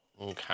Okay